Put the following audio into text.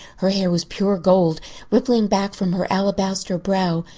her hair was pure gold rippling back from her alabaster brow.